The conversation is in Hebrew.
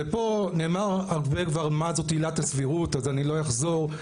ופה נאמר הרבה כבר מה זאת עילת הסבירות אז אני לא אחזור.